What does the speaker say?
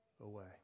away